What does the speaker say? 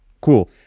Cool